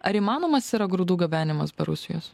ar įmanomas yra grūdų gabenimas be rusijos